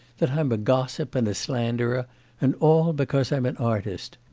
that i'm a gossip and a slanderer and all because i'm an artist.